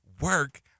work